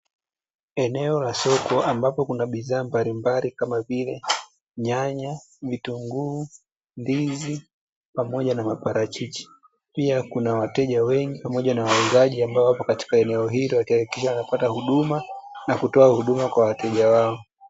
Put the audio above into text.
Eneo la soko, ambapo kuna bidhaa mbalimbali kama vile: nyanya, vitunguu, ndizi pamoja na maparachichi, pia kuna wateja wengi pamoja na wauzaji ambao wapo katika eneo hilo, wakihakikisha wanapata huduma na kutoa huduma kwa wateja wao.